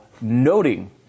noting